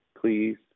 please